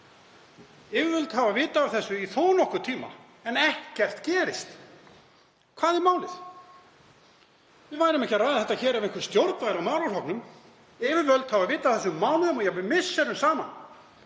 Yfirvöld hafa vitað af þessu í þó nokkurn tíma en ekkert gerist. Hvað er málið? Við værum ekki að ræða þetta hér ef einhver stjórn væri á málaflokknum. Yfirvöld hafa vitað af þessu mánuðum og jafnvel misserum saman,